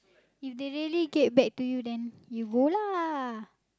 if they really get back to you then you go lah